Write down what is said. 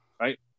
Right